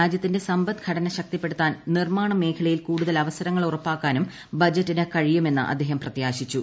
രാജ്യത്തിന്റെ സമ്പദ്ഘട്ടന ശക്തിപ്പെടുത്താൻ നിർമ്മാണ മേഖലയിൽ കൂടുതൽ അവസ്സർങ്ങൾ ഉറപ്പാക്കാനും ബജറ്റിന് കഴിയുമെന്ന് അദ്ദേഹം പ്രത്യാട്ശിച്ചു